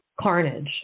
carnage